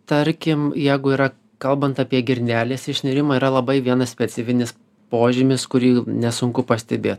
tarkim jeigu yra kalbant apie girnelės išnirimą yra labai vienas specifinis požymis kurį nesunku pastebėt